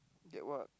get what